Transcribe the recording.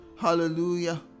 Hallelujah